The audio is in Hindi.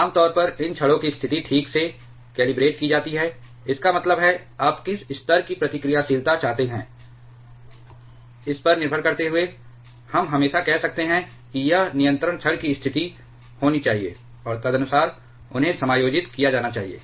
आम तौर पर इन छड़ों की स्थिति ठीक से कैलिब्रेट की जाती है इसका मतलब है आप किस स्तर की प्रतिक्रियाशीलता चाहते हैं इस पर निर्भर करते हुए हम हमेशा कह सकते हैं कि यह नियंत्रण छड़ की स्थिति होनी चाहिए और तदनुसार उन्हें समायोजित किया जाना चाहिए